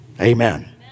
Amen